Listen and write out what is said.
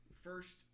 first